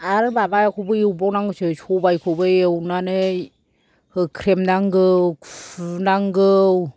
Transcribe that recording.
आर माबाखौबो एवबावनांगौसो सबायखौबो एवनानै होख्रेमनांगौ खुनांगौ